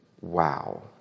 Wow